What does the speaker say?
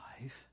life